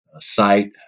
site